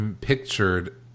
pictured